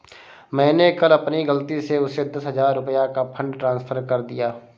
मैंने कल अपनी गलती से उसे दस हजार रुपया का फ़ंड ट्रांस्फर कर दिया